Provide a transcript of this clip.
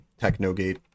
Technogate